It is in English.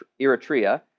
Eritrea